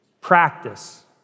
practice